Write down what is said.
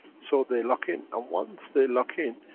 so they lock in. and once they lock in,